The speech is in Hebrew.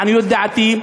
לעניות דעתי,